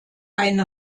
ein